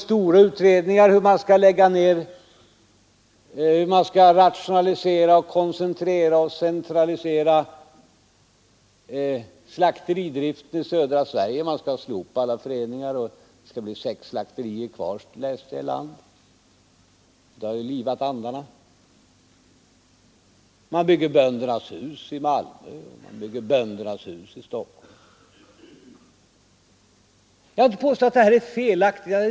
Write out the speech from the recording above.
Stora utredningar görs om hur man skall kunna rationalisera, koncentrera och centralisera slakteridriften i södra Sverige. Man skall slopa alla föreningar och ha sex slakterier kvar. Det har livat andarna. Man bygger Böndernas hus i Malmö. Man bygger Böndernas hus i Stockholm. Jag vill inte påstå att detta förfaringssätt är felaktigt.